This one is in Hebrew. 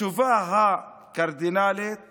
התשובה הקרדינלית